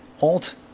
alt